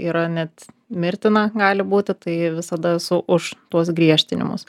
yra net mirtina gali būti tai visada esu už tuos griežtinimus